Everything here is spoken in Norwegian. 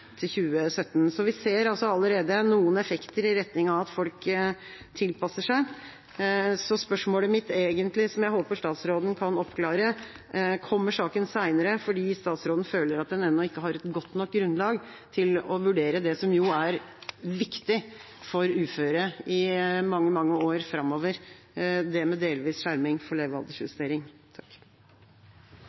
til 2017. Vi ser altså allerede noen effekter i retning av at folk tilpasser seg. Så spørsmålet mitt, som jeg håper statsråden kan oppklare, er egentlig: Kommer saken senere fordi statsråden føler at en ennå ikke har et godt nok grunnlag til å vurdere det med delvis skjerming for levealderjustering, som er viktig for uføre i mange, mange år framover? Realiteten er at det